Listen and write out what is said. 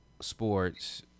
sports